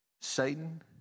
Satan